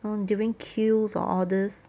uh during queues or all these